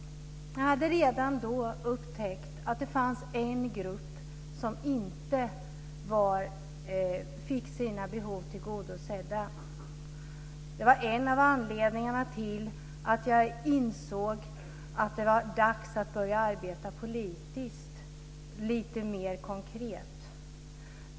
Jag hade redan då upptäckt att det fanns en grupp som inte fick sina behov tillgodosedda. Det var en av anledningarna till att jag insåg att det var dags att börja arbeta politiskt lite mer konkret.